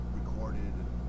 recorded